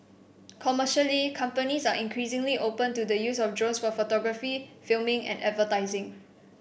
commercially companies are increasingly open to the use of drones for photography filming and advertising